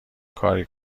کاری